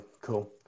Cool